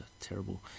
terrible